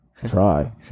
Try